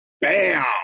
bam